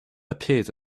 appeared